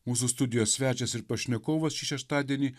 mūsų studijos svečias ir pašnekovas šį šeštadienį